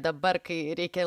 dabar kai reikia